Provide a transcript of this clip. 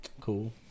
Cool